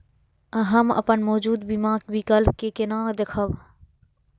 हम अपन मौजूद बीमा विकल्प के केना देखब?